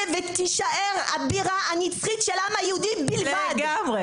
ותישאר הבירה הנצחית של העם היהודי בלבד.